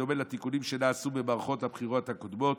בדומה לתיקונים שנעשו במערכות הבחירות הקודמות.